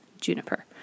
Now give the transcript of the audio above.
juniper